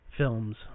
Films